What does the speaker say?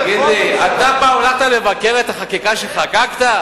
תגיד לי, אתה פעם הלכת לבקר את החקיקה שחוקקת?